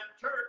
church